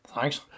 Thanks